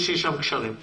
יש לי שם קשרים,